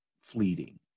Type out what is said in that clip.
fleeting